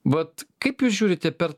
vat kaip jūs žiūrite per